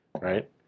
right